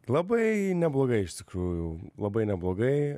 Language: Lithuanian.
labai neblogai iš tikrųjų labai neblogai